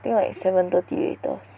think like seven thirty latest